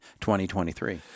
2023